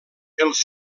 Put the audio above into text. els